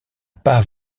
pas